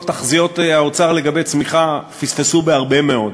תחזיות האוצר לגבי צמיחה פספסו בהרבה מאוד.